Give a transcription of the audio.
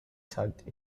tugged